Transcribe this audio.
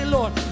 Lord